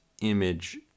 image